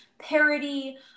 Parody